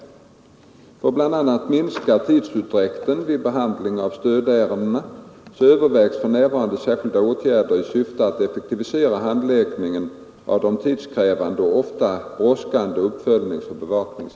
För att bl.a. minska tidsutdräkten vid behandlingen av stödärendena övervägs för närvarande särskilda åtgärder i syfte att effektivisera ande och oftast brådskande uppföljnings